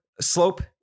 slope